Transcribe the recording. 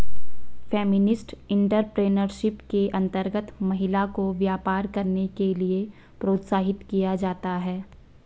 feminist entrepreneurship के अंतर्गत महिला को व्यापार करने के लिए प्रोत्साहित किया जाता है